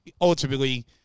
ultimately